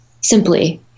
simply